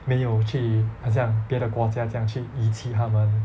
没有去很像别的国家这样去遗弃他们